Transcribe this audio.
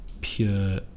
pure